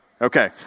Okay